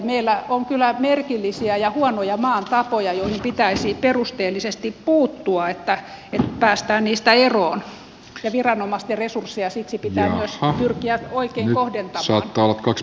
meillä on kyllä merkillisiä ja huonoja maan tapoja joihin pitäisi perusteellisesti puuttua että päästään niistä eroon ja viranomaisten resursseja siksi pitää myös pyrkiä oikein kohdentamaan